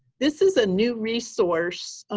this is a new resource.